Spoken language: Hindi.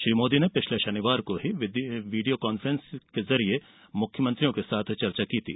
श्री मोदी ने शनिवार को वीडियो कांफ्रेंस के जरिये मुख्यमंत्रियों के साथ चर्चा की थी